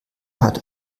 hat